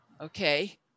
Okay